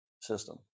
system